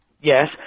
Yes